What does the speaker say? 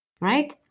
right